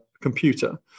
computer